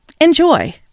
Enjoy